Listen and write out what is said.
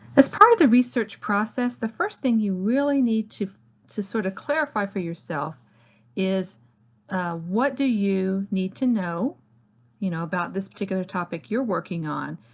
as part of the research process, the first thing you really need to to sort of clarify for yourself is what do you need to know you know about this particular topic you're working on.